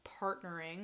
partnering